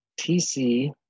TC